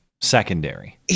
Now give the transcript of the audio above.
secondary